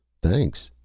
thanks,